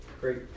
Great